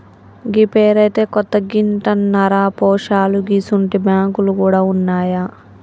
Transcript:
గీ పేరైతే కొత్తగింటన్నరా పోశాలూ గిసుంటి బాంకులు గూడ ఉన్నాయా